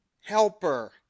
helper